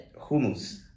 hummus